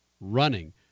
running